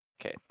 Okay